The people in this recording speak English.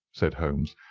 said holmes,